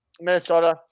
Minnesota